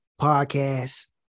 podcasts